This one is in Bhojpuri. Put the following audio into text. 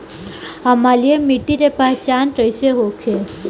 अम्लीय मिट्टी के पहचान कइसे होखे?